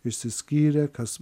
išsiskyrė kas